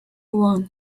one